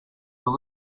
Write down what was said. were